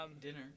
dinner